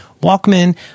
Walkman